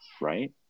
right